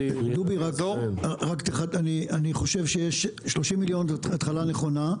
אני חושב ש-30 מיליון זו התחלה נכונה.